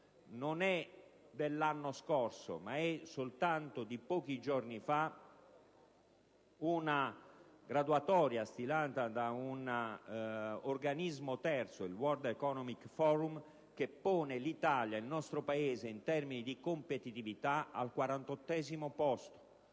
Non è dell'anno scorso, ma soltanto di pochi giorni fa, una graduatoria stilata da un organismo terzo, il *World economic forum* che pone il nostro Paese in termini di competitività al 48º posto,